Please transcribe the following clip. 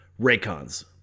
raycons